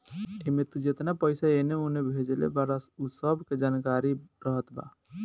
एमे तू जेतना पईसा एने ओने भेजले बारअ उ सब के जानकारी रहत बा